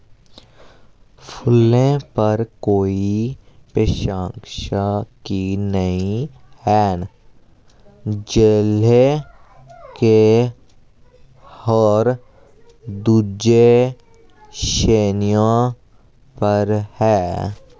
फुल्लें पर कोई पेशांकशां की नेईं हैन जेल्लै के होर दूजे श्रेणियें पर है